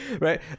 right